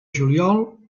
juliol